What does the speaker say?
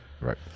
right